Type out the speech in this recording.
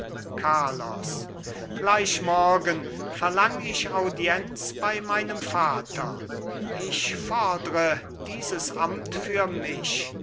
carlos gleich morgen verlang ich audienz bei meinem vater ich fordre dieses amt für mich